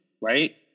right